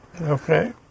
Okay